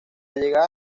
llegada